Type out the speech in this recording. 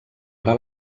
ara